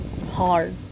hard